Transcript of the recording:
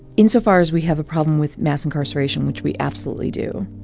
insofar as we have a problem with mass incarceration, which we absolutely do,